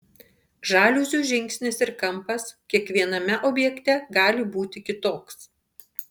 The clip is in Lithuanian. žaliuzių žingsnis ir kampas kiekviename objekte gali būti kitoks